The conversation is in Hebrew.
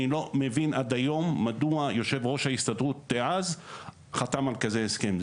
אני עד היום לא מבין בכלל מדוע יושב ראש ההסתדרות דאז חתם על כזה הסכם.